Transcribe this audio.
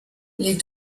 les